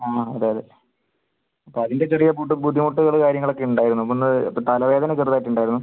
ആ അതെ അതെ അപ്പം അതിൻ്റെ ചെറിയ ബുദ് ബുദ്ധിമുട്ടുകൾ കാര്യങ്ങളൊക്കെ ഉണ്ടായിരുന്നു അപ്പം ഇന്ന് അപ്പം തലവേദന ചെറുതായിട്ട് ഉണ്ടായിരുന്നു